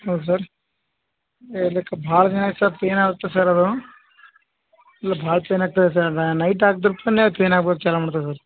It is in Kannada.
ಹೌದು ಸರ್ ಎದಕ್ಕ ಭಾಳ ದಿನ ಆಯ್ತು ಸರ್ ಪೇನ್ ಆಗುತ್ತೆ ಸರ್ ಅದು ಇಲ್ಲ ಭಾಳ ಪೇನ್ ಆಗ್ತದೆ ಸರ್ ನೈಟ್ ಪೇನ್